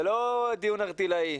זה לא דיון ערטילאי.